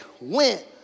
went